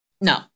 no